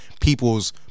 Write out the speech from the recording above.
People's